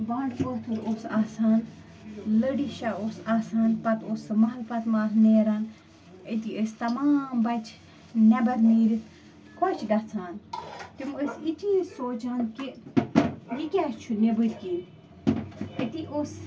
بانٛڈٕ پٲتھٕر اوس آسان لٔڈی شاہ اوس آسان پتہٕ اوس سُہ مٔحلہٕ پتہٕ محل نیران أتی ٲسۍ تمام بچہِ نٮ۪بر نیٖرِتھ خۄش گَژھان تِم ٲسۍ یہِ چیٖز سونٛچان کہِ یہِ کیٛاہ چھُ نیٚبٕرۍ کِنۍ أتی اوس